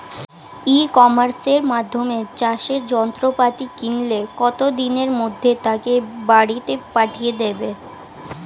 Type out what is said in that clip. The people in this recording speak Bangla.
ই কমার্সের মাধ্যমে চাষের যন্ত্রপাতি কিনলে কত দিনের মধ্যে তাকে বাড়ীতে পাঠিয়ে দেবে?